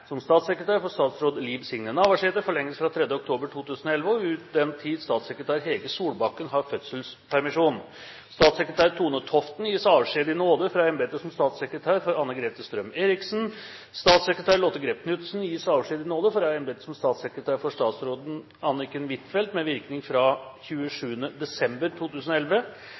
som statssekretær for statsråd Liv Signe Navarsete forlenges fra 3. oktober 2011 og ut den tid statssekretær Hege Solbakken har fødselspermisjon. Statssekretær Tone Toften gis avskjed i nåde fra embetet som statssekretær for Anne-Grete Strøm-Erichsen. Statssekretær Lotte Grepp Knutsen gis avskjed i nåde fra embetet som statssekretær for statsråd Anniken Huitfeldt med virkning fra 27. desember 2011.